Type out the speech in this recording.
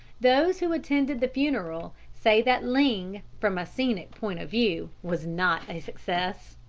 those who attended the funeral say that ling from a scenic point of view was not a success.